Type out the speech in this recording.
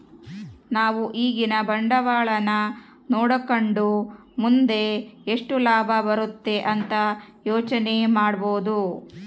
ನಾವು ಈಗಿನ ಬಂಡವಾಳನ ನೋಡಕಂಡು ಮುಂದೆ ಎಷ್ಟು ಲಾಭ ಬರುತೆ ಅಂತ ಯೋಚನೆ ಮಾಡಬೋದು